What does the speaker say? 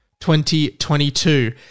2022